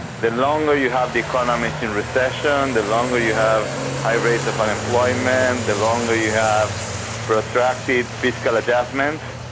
the longer you have the economies in recession, the longer you have high rates of unemployment, the longer you have protracted fiscal adjustments,